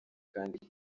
kandi